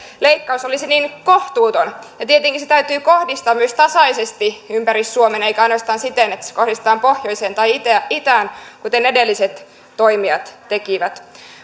leikkaus olisi niin kohtuuton ja tietenkin se täytyy kohdistaa myös tasaisesti ympäri suomen eikä ainoastaan siten että se kohdistetaan pohjoiseen tai itään kuten edelliset toimijat tekivät